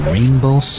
Rainbow